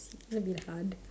that'll be hard